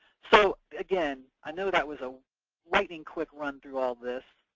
so, again, i know that was a lightning-quick run through all this.